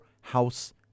house